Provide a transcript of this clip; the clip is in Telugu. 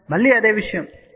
కాబట్టి మళ్ళీ అదే విషయం 0